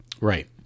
Right